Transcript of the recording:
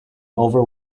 over